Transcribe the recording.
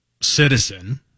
citizen